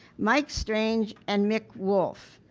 mike strange and mick wolfe,